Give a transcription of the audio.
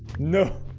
no